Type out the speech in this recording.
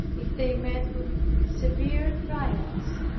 if they met with severe trials.